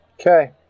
Okay